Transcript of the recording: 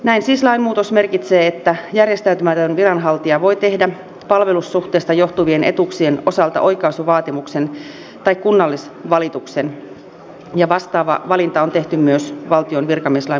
näin siis lainmuutos merkitsee että järjestäytymätön viranhaltija voi tehdä palvelussuhteesta johtuvien etuuksien osalta oikaisuvaatimuksen tai kunnallisvalituksen ja vastaava valinta on tehty myös valtion virkamieslain muutoksessa